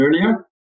earlier